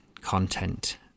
content